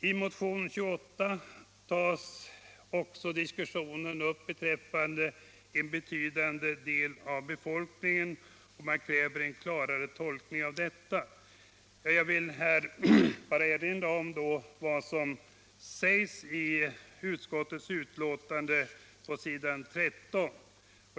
I motionen 28 tas också diskussionen upp beträffande begreppet ”en betydande del av befokningen” och man kräver en klarare tolkning av detta. Jag vill här bara erinra om vad som sägs i utskottets betänkande på s. 13.